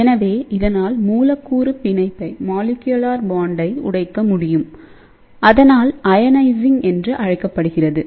எனவே இதனால் மூலக்கூறு பிணைப்பை உடைக்க முடியும் அதனால் அயனைசிங் என்று அழைக்கப்படுகிறது